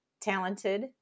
talented